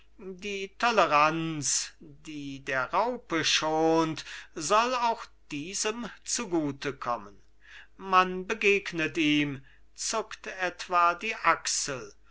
die toleranz die der raupe schont soll auch diesem zu gute kommen man begegnet ihm zuckt etwa die achsel